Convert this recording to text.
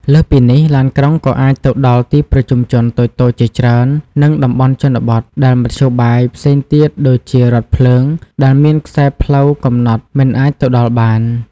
លើសពីនេះ ឡានក្រុងក៏អាចទៅដល់ ទីប្រជុំជនតូចៗ ជាច្រើន និងតំបន់ជនបទដែលមធ្យោបាយផ្សេងទៀតដូចជារថភ្លើង ដែលមានខ្សែផ្លូវកំណត់ មិនអាចទៅដល់បាន។